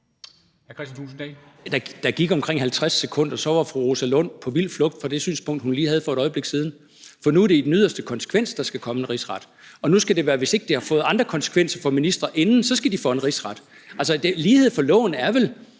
Der gik omkring 50 sekunder, og så var fru Rosa Lund på vild flugt fra det synspunkt, hun lige havde for et øjeblik siden. For nu er det i den yderste konsekvens, at der skal komme en rigsret, og nu skal det være sådan, at hvis det ikke har fået andre konsekvenser for ministre inden, så skal de for en rigsret. Altså, lighed for loven er vel,